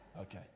Okay